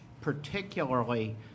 particularly